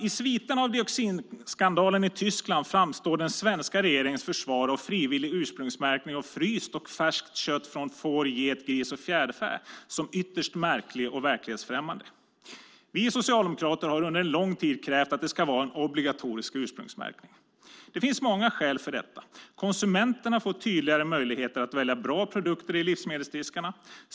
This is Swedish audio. I sviterna av dioxinskandalen i Tyskland framstår den svenska regeringens försvar av frivillig ursprungsmärkning av fryst och färskt kött från får, get, gris och fjäderfä som ytterst märklig och verklighetsfrämmande. Vi socialdemokrater har under en lång tid krävt att det ska vara en obligatorisk ursprungsmärkning. Det finns många skäl för detta. Konsumenterna får tydligare möjligheter att välja bra produkter i livsmedelsdiskarna.